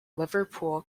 liverpool